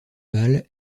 balle